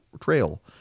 trail